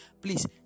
Please